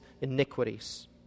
iniquities